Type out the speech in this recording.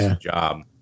job